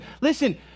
Listen